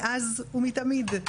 מאז ומתמיד,